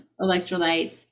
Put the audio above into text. electrolytes